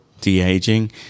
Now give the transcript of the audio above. de-aging